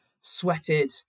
sweated